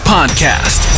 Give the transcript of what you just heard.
Podcast